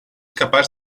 capaç